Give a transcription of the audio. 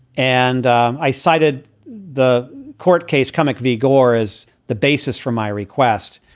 and i cited the court case, cummock v. gore, as the basis for my request.